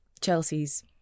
Chelsea's